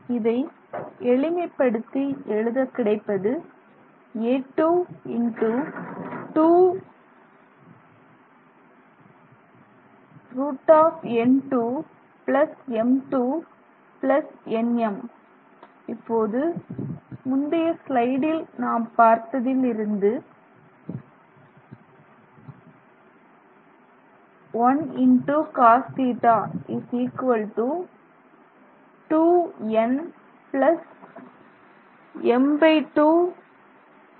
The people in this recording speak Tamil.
இதை எளிமைப்படுத்தி எழுத கிடைப்பது a2 x 2 √n2m2n m இப்போது முந்தைய ஸ்லைடில் நாம் பார்த்ததில் இருந்து I into cos θ is equal to 2 n m2 a2